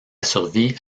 survie